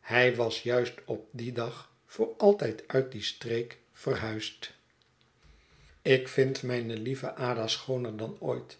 hij was juist op dien dag voor altijd uit die streek verhuisd ik vind mijne lieve ada schooner dan ooit